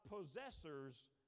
possessors